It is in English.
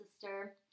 sister